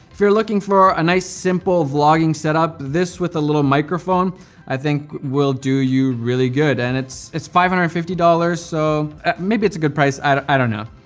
if you're looking for a nice, simple vlogging setup, this with a little microphone i think will do you really good. and it's it's five hundred and fifty dollars, so maybe it's a good price i don't i don't know.